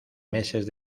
meses